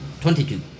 Twenty-two